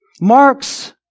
Marx